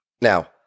now